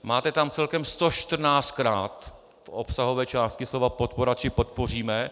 Máte tam celkem 114krát v obsahové části slova podpora či podpoříme.